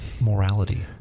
morality